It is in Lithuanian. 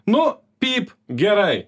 nu pyp gerai